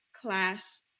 class